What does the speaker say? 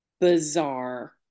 bizarre